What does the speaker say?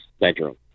bedroom